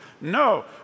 No